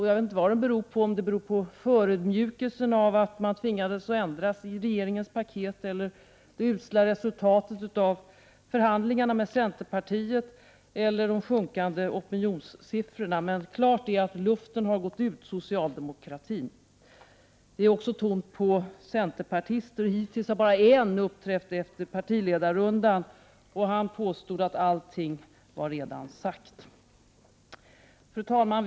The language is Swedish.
Jag vet inte vad den beror på — om den beror på förödmjukelsen av att man har tvingats ändra i regeringens paket, det usla resultatet av förhandlingarna med centerpartiet eller på sjunkande opinionssiffror. Klart är att luften har gått ur socialdemokratin. Det är också tomt på centerpartister. Hittills har bara en företrädare uppträtt efter partiledarrundan. Han påstod att allting redan var sagt. Fru talman!